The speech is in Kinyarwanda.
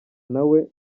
nawe